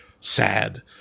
sad